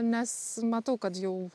nes matau kad jau